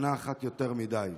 שנה אחת יותר מדי.